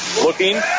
Looking